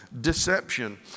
deception